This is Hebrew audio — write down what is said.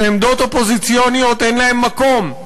שעמדות אופוזיציוניות אין להן מקום,